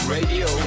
Radio